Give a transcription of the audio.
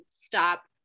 stop